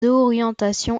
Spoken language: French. orientations